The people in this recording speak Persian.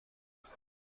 اومده